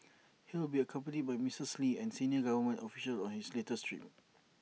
he will be accompanied by Mrs lee and senior government officials on his latest trip